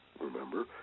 Remember